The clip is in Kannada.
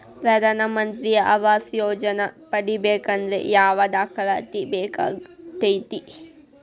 ಪ್ರಧಾನ ಮಂತ್ರಿ ಆವಾಸ್ ಯೋಜನೆ ಪಡಿಬೇಕಂದ್ರ ಯಾವ ದಾಖಲಾತಿ ಬೇಕಾಗತೈತ್ರಿ?